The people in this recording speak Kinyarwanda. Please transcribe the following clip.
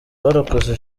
abarokotse